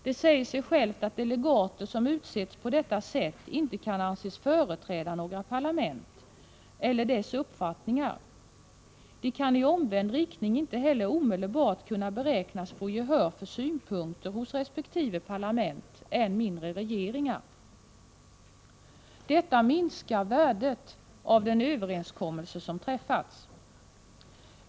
Det säger sig självt att delegater som utsetts på detta sätt inte kan anses företräda några parlament eller dessas uppfattningar och i omvänd riktning inte heller kan beräknas omedelbart få gehör för synpunkter hos resp. parlament och än mindre regeringar. Detta minskar värdet av den överenskommelse som träffats.